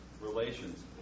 Relations